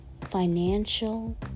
financial